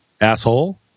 asshole